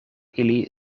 ili